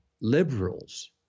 liberals